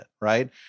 right